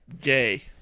gay